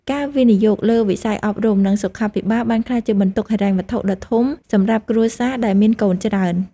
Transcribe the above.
ការវិនិយោគលើវិស័យអប់រំ និងសុខាភិបាលបានក្លាយជាបន្ទុកហិរញ្ញវត្ថុដ៏ធំសម្រាប់គ្រួសារដែលមានកូនច្រើន។